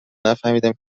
نفهمیدم